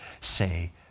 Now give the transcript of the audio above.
say